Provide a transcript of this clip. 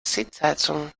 sitzheizung